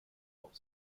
auch